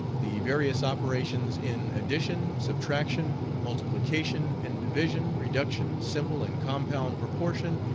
the various operations in addition, subtraction, multiplication, and division, reduction, simple and compound proportion,